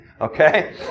Okay